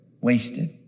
wasted